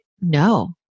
no